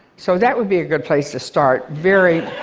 so that would be a good place to start. very,